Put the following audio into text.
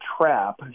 trap